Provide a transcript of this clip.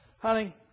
honey